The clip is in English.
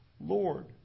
Lord